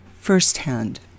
firsthand